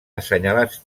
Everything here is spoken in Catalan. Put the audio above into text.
assenyalats